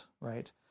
right